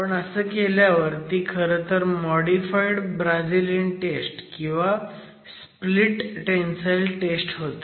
पण असं केल्यावर ती खरंतर मॉडीफाईड ब्राझीलीयन टेस्ट किंवा स्प्लिट टेंसाईल टेस्ट होते